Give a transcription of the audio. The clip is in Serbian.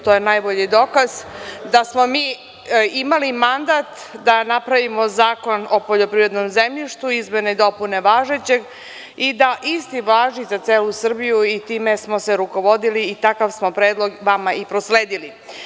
To je najbolji dokaz da smo mi imali mandat da napravimo zakon o poljoprivrednom zemljištu, izmene i dopune važećeg i da isti važi za celu Srbiju i time smo se rukovodili i takav smo predlog vama prosledili.